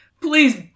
please